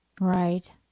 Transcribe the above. Right